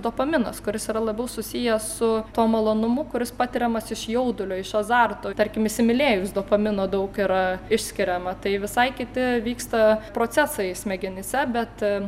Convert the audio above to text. dopaminas kuris yra labiau susijęs su tuo malonumu kuris patiriamas iš jaudulio iš azarto tarkim įsimylėjus dopamino daug yra išskiriama tai visai kiti vyksta procesai smegenyse bet